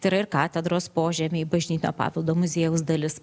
tai yra ir katedros požemiai bažnytinio paveldo muziejaus dalis